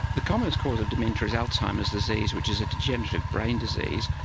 the commonest cause of dementia is alzheimer's disease which is a degenerative brain disease,